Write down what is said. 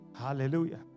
Hallelujah